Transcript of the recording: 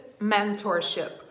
mentorship